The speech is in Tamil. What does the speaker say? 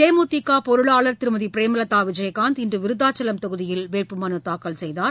தேமுதிக பொருளாளா் திருமதி பிரேமலதா விஜயகாந்த் இன்று விருதாச்சலம் தொகுதியில் வேட்பு மலு தாக்கல் செய்தார்